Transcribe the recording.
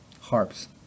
Harps